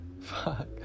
fuck